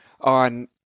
on